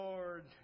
Lord